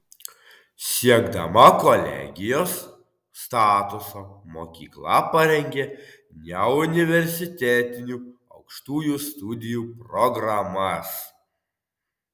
siekdama kolegijos statuso mokykla parengė neuniversitetinių aukštųjų studijų programas